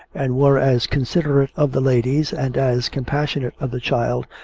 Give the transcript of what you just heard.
and were as considerate of the ladies, and as compassionate of the child,